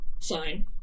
sign